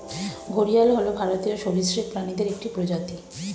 ঘড়িয়াল হল ভারতীয় সরীসৃপ প্রাণীদের একটি প্রজাতি